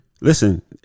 listen